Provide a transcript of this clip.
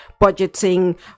budgeting